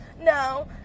No